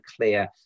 clear